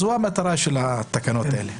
זו המטרה של התקנות האלה.